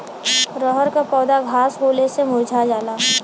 रहर क पौधा घास होले से मूरझा जाला